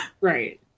Right